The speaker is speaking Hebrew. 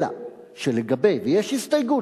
"אלא שלגבי" ויש הסתייגות,